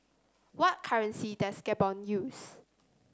what currency does Gabon use